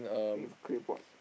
I think it's claypot